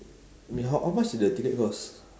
I mean ho~ how much is the ticket cost